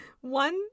One